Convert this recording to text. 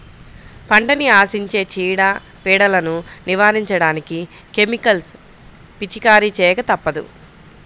పంటని ఆశించే చీడ, పీడలను నివారించడానికి కెమికల్స్ పిచికారీ చేయక తప్పదు